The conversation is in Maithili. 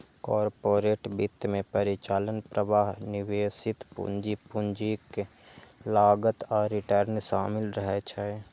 कॉरपोरेट वित्त मे परिचालन प्रवाह, निवेशित पूंजी, पूंजीक लागत आ रिटर्न शामिल रहै छै